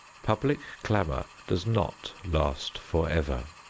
public clamor does not last forever.